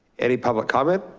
any public comment?